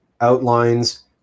outlines